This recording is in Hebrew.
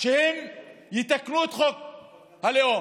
שהם יתקנו את חוק הלאום.